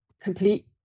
complete